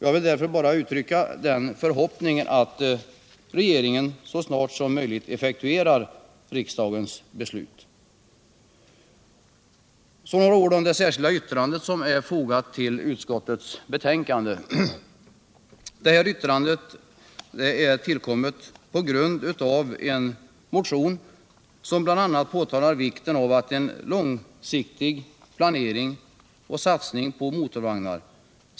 Jag vill därför bara uttrycka den förhoppningen att regeringen så snart som möjligt effektuerar riksdagens beslut. Så några ord om det särskilda yttrandet som är fogat till utskottets betänkande. Detta särskilda yttrande är tillkommet på grund av en motion som bl.a. framhåller vikten av en långsiktig planering och satsning på motorvagnar.